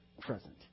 present